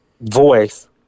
voice